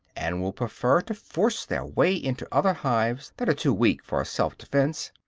and will prefer to force their way into other hives, that are too weak for selfdefense,